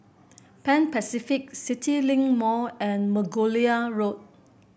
Pan Pacific CityLink Mall and Margoliouth Road